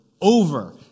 over